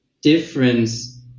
difference